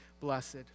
blessed